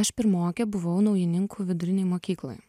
aš pirmokė buvau naujininkų vidurinėj mokykloj